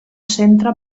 centre